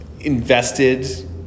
invested